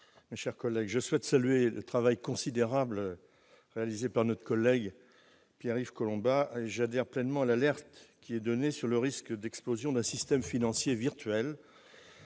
Les Républicains. Je souhaite saluer le travail considérable réalisé par notre collègue Pierre-Yves Collombat. J'adhère pleinement à l'alerte qu'il lance quant au risque d'explosion d'un système financier virtuel.